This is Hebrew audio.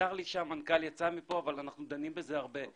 אנחנו דנים בזה הרבה.